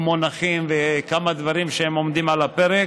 כמו נכים וכמה דברים שעומדים על הפרק,